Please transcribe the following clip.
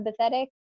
empathetic